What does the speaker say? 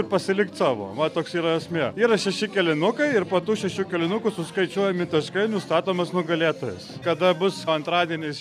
pasilikt savo va toks yra esmė yra šeši kėlinukai ir po tų šešių kėlinukų suskaičiuojami taškai nustatomas nugalėtojas kada bus antradieniais